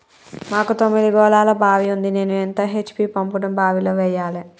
మాకు తొమ్మిది గోళాల బావి ఉంది నేను ఎంత హెచ్.పి పంపును బావిలో వెయ్యాలే?